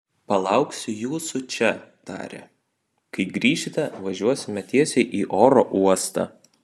palauksiu jūsų čia tarė kai grįšite važiuosime tiesiai į oro uostą